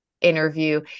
interview